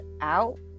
out